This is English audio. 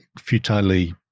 futilely